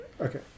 okay